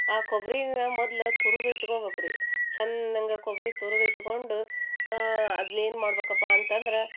ಆ ಕೊಬ್ಬರಿಯನ್ನ ಮೊದ್ಲು ತುರಿದ್ ಇಟ್ಕೋಬೋಕ್ ರೀ ಚೆನ್ನಾಗಿ ಕೊಬ್ಬರಿ ತುರ್ದು ಇಟ್ಕೊಂಡು ಅದ್ನ ಏನು ಮಾಡ್ಬೇಕಪ್ಪ ಅಂತಂದ್ರೆ